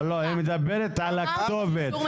היא מדברת על הכתובת,